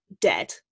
dead